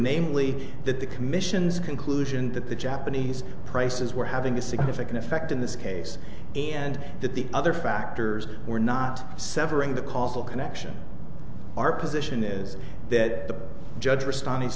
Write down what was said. namely that the commission's conclusion that the japanese prices were having a significant effect in this case and that the other factors were not severing the causal connection our position is that the judge respon